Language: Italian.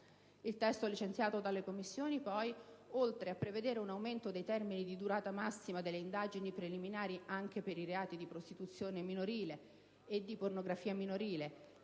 Il testo licenziato dalle Commissioni, poi, oltre a prevedere un aumento dei termini di durata massima delle indagini preliminari anche per i reati di prostituzione minorile e di pornografia minorile